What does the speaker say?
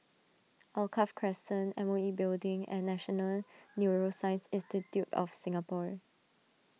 Alkaff Crescent M O E Building and National Neuroscience Institute of Singapore